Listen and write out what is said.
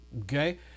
Okay